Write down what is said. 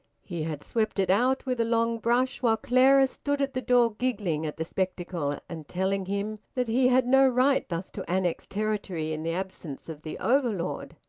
he had swept it out with a long-brush, while clara stood at the door giggling at the spectacle and telling him that he had no right thus to annex territory in the absence of the overlord.